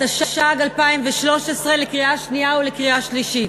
התשע"ג 2013, לקריאה שנייה ולקריאה שלישית.